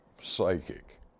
psychic